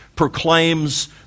proclaims